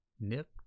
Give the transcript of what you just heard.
Nip